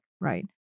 right